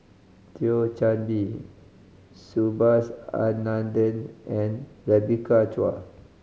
Thio Chan Bee Subhas Anandan and Rebecca Chua